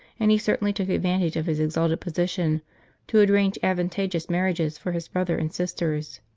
and he certainly took advantage of his exalted position to arrange advantageous marriages for his brother and sisters.